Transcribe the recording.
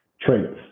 traits